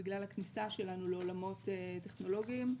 בגלל הכניסה שלנו לעולמות טכנולוגיים.